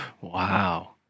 Wow